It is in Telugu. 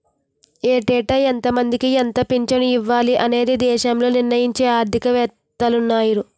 ఏటేటా ఎంతమందికి ఎంత పింఛను ఇవ్వాలి అనేది దేశంలో నిర్ణయించే ఆర్థిక వేత్తలున్నారు